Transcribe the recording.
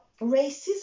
racism